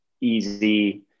easy